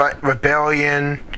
rebellion